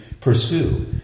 pursue